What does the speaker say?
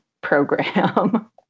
program